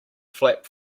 flap